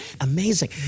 Amazing